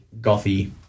gothy